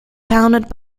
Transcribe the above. founded